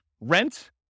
rent